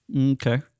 okay